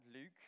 Luke